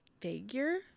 figure